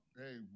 hey